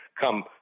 come